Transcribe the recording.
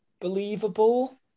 believable